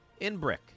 Inbrick